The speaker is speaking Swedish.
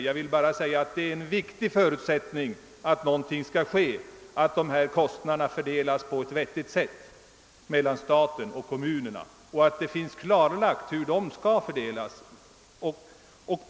Jag vill bara säga att en viktig förutsättning för att någonting skall ske är att kostnaderna fördelas på ett vettigt sätt mellan stat och kommun och att det finns klarlagt hur de skall fördelas.